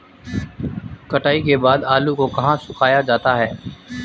कटाई के बाद आलू को कहाँ सुखाया जाता है?